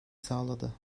sağladı